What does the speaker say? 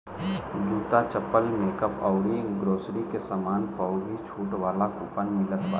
जूता, चप्पल, मेकअप अउरी ग्रोसरी के सामान पअ भी छुट वाला कूपन मिलत बाटे